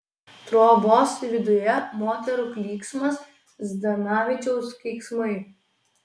trobos viduje moterų klyksmas zdanavičiaus keiksmai